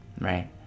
right